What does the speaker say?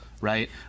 right